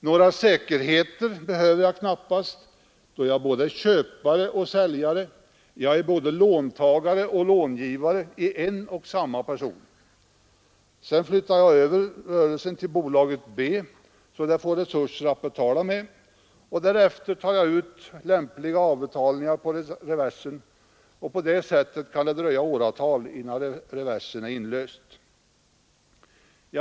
Någon säkerhet behöver jag knappast, då jag är både köpare och säljare, låntagare och långivare i en och samma person. Sedan flyttar jag över rörelsen till bolaget B, så det får resurser att betala med, och därefter tar jag ut lämpliga avbetalningar på reversen. På det sättet kan det dröja åratal innan reversen är inlöst.